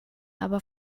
aber